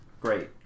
Great